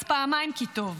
אז פעמיים כי טוב.